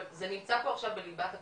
אבל זה נמצא פה עכשיו בליבת הקונסנזוס.